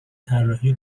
طراحی